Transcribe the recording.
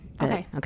Okay